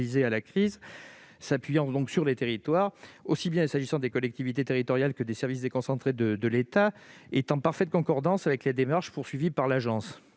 à la crise, s'appuyant sur les territoires, qu'il s'agisse des collectivités territoriales ou des services déconcentrés de l'État, est en parfaite concordance avec les démarches poursuivies par l'agence.